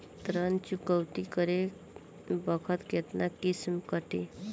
ऋण चुकौती करे बखत केतना किस्त कटी?